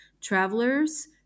travelers